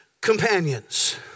companions